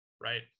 right